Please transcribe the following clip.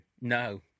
No